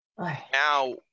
Now